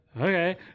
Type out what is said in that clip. Okay